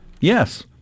Yes